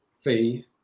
fee